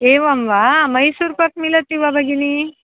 एवं वा मैसूर् पाक् मिलति वा भगिनि